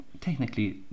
technically